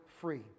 free